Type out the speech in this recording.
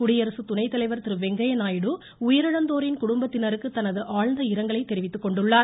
குடியரசு துணை தலைவர் திரு வெங்கைய நாயுடு உயிரழந்தோரின் குடும்பத்தினருக்க தனது ஆழ்ந்த இரங்கலை தெரிவித்துக்கொண்டுள்ளார்